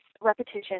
repetition